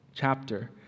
chapter